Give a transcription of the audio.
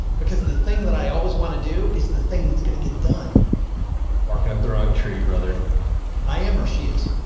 because the thing that i always want to do is the thing that's going to get done barking up the wrong tree brother i am, or she is,